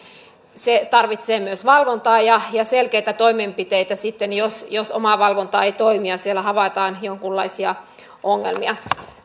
tarvitaan myös valvontaa ja ja selkeitä toimenpiteitä sitten jos jos omavalvonta ei toimi ja havaitaan jonkunlaisia ongelmia